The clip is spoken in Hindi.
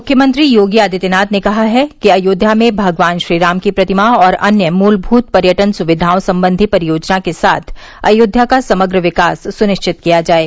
मुख्यमंत्री योगी आदित्यनाथ ने कहा है कि अयोध्या में भगवान श्रीराम की प्रतिमा और अन्य मूलभूत पर्यटन सुविधाओं संबंधी परियोजना के साथ अयोव्या का समग्र विकास सुनिश्चित किया जाये